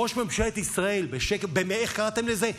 כשראש ממשלת ישראל, איך קראתם לזה?